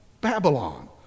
Babylon